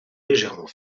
légèrement